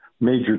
Major